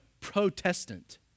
protestant